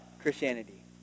Christianity